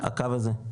הקו הזה?